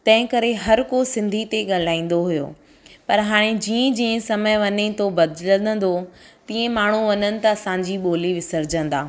तंहिं करे हर कोई सिंधीअ में ॻाल्हाईंदा हुओ पर हाणे जीअं जीअं समय वञे थो बदिलिजंदो तीअं माण्हू वञनि था असांजी ॿोली विसिरिजंदा